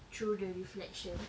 through the reflection